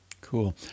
Cool